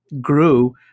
grew